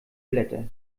blätter